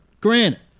Granted